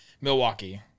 Milwaukee